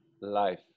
life